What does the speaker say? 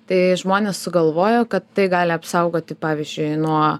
tai žmonės sugalvojo kad tai gali apsaugoti pavyzdžiui nuo